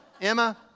Emma